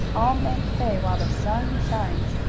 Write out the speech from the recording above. i'll make hay while the sun shines.